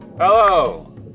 hello